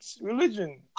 religion